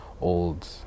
old